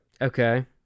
okay